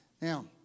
Now